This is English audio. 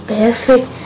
perfect